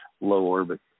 low-orbit